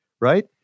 right